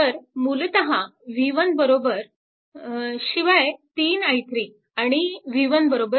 तर मूलतः v1 शिवाय 3 i3 आणि v1 v